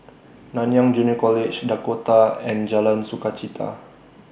Nanyang Junior College Dakota and Jalan Sukachita